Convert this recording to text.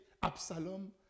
Absalom